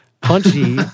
Punchy